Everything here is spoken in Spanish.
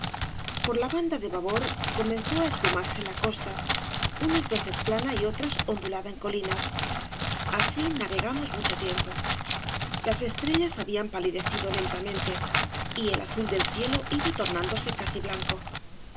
por la banda de babor comenzó á esfumarse la costa unas veces plana y otras ondulada en colinas así navegamos mucho tiempo las estrellas habían palidecido lentamente y el azul del cielo iba tornándose casi blanco